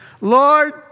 Lord